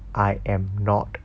I am not